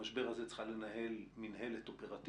את המשבר הזה צריכה לנהל מינהלת אופרטיבית.